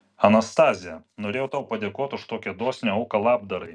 anastazija norėjau tau padėkoti už tokią dosnią auką labdarai